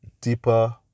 deeper